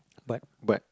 but but